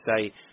say